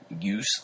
use